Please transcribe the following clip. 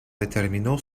determinó